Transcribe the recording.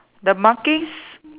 the markings